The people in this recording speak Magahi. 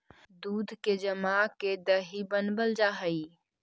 दूध के जमा के दही बनाबल जा हई